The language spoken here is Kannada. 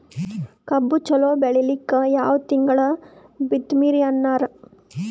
ಕಬ್ಬು ಚಲೋ ಬೆಳಿಲಿಕ್ಕಿ ಯಾ ತಿಂಗಳ ಬಿತ್ತಮ್ರೀ ಅಣ್ಣಾರ?